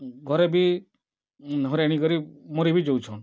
ଘରେ ବି ହଇରାଣ୍ ହେଇକରି ମରି ବି ଯାଉଛନ୍